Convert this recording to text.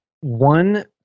One